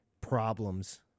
problems